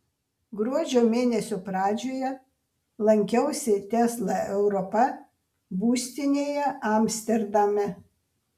gruodžio mėnesio pradžioje lankiausi tesla europa būstinėje amsterdame